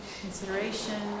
consideration